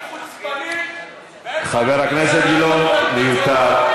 אתם חוצפנים --- חבר הכנסת גילאון, מיותר.